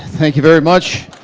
thank you very much.